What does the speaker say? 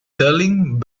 selling